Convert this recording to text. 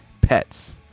pets